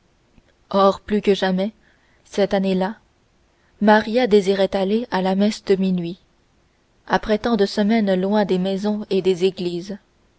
or plus que jamais cette année-là maria désirait aller à la messe de minuit après tant de semaines loin des maisons et des églises